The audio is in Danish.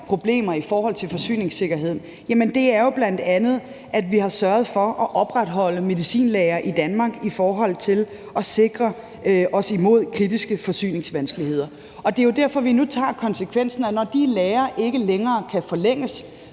problemer i forhold til forsyningssikkerheden, jo bl.a. er, at vi har sørget for at opretholde medicinlagre i forhold til at sikre os imod kritiske forsyningsvanskeligheder. Det er jo derfor, vi nu tager konsekvensen: Når de lagre ikke længere kan forlænges